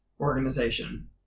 organization